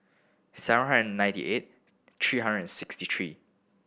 seven hundred ninety eight three hundred and sixty three